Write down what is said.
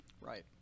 Right